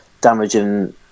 damaging